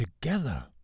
together